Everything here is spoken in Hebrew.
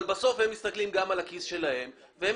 אבל בסוף הם מסתכלים גם על הכיס שלהם והם